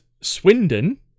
Swindon